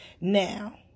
Now